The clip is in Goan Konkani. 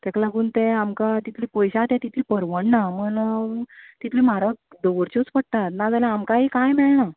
तेका लागून तें आमकां कितले पयशा ते इतलें परवडना म्हण तितले म्हारग दवरच्योच पडटा ना जाल्यार आमकांय कांय मेळना